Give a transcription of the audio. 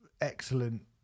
excellent